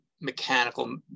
mechanical